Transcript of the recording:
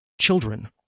children